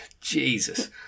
Jesus